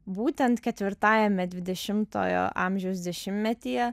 būtent ketvirtajame dvidešimtojo amžiaus dešimtmetyje